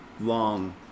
long